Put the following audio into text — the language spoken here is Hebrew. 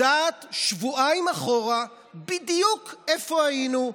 שידעו שבועיים אחורה בדיוק איפה היינו,